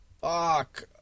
Fuck